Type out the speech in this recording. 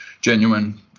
genuine